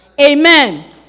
Amen